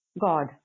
God